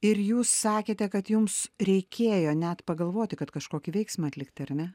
ir jūs sakėte kad jums reikėjo net pagalvoti kad kažkokį veiksmą atlikti ar ne